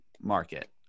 market